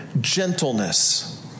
Gentleness